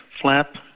flap